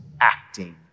acting